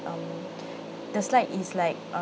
um the slide is like um